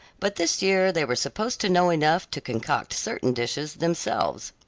but this year they were supposed to know enough to concoct certain dishes themselves.